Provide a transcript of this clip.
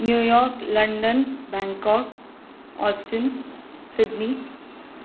New York London Bangkok austin Sydney